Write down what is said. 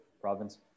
province